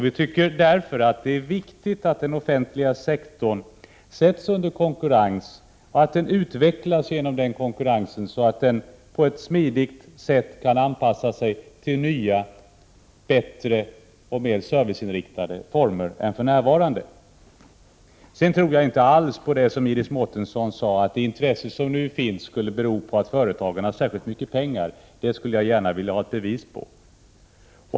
Vi tycker därför att det är viktigt att den offentliga sektorn sätts under konkurrens och att den utvecklas genom konkurrens så att den på ett smidigt sätt kan anpassa sig till nya, bättre och mer serviceinriktade former än för närvarande. Sedan tror jag inte alls på det Iris Mårtensson sade om att det intresse som nu finns skulle bero på att företagen har särskilt mycket pengar. Det skulle jag gärna vilja ha bevis på.